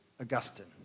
Augustine